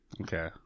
Okay